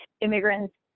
immigrants